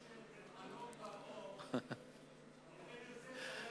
בין חלום פרעה לבין יוסף,